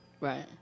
right